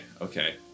okay